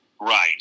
Right